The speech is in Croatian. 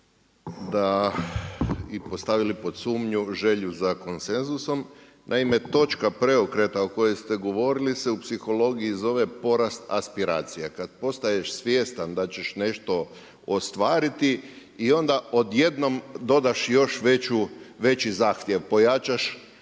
da i postavili pod sumnju želju za konsenzusom. Naime, točka preokreta o kojoj ste govorili se u psihologiji zove porast aspiracije. Kad postaješ svjestan da ćeš nešto ostvariti i onda odjednom dodaš još veći zahtjev, pojačaš